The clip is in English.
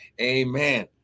Amen